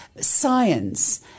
science